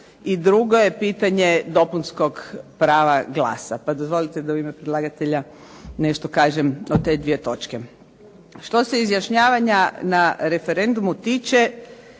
i drugo je pitanje dopunskog prava glasa. Pa dozvolite da u ime predlagatelja nešto kažem o te 2 točke. Što se izjašnjavanja na referendumu tiče